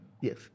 Yes